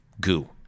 goo